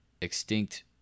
extinct